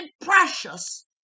precious